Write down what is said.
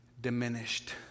diminished